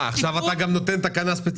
עכשיו אתה גם מציג תקנה ספציפית?